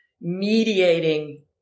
mediating